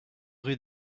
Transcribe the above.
rue